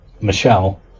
Michelle